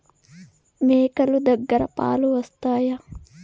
మేక లు దగ్గర పాలు వస్తాయా?